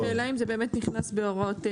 השאלה אם זה באמת נכנס בהוראות.